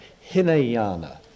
Hinayana